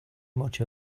much